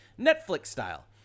Netflix-style